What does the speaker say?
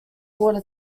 water